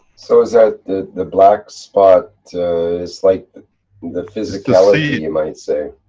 so, is that the the black spot is like the physicality and you might say.